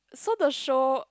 so the show